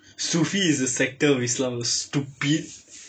sufi is a sector of islam stupid